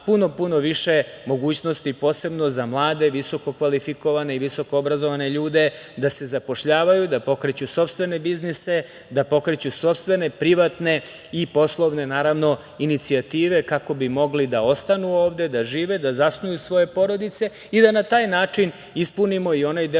puno, puno više mogućnosti posebno za mlade visokog kvalifikovane i visokoobrazovane ljude, da se zapošljavaju, da pokreću sopstvene biznise, da pokreću sopstvene privatne i poslovne inicijative kako bi mogli da ostanu ovde, da žive, da zasnuju svoje porodice i da na taj način ispunimo i onaj deo koji